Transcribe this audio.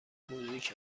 موزیک